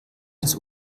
des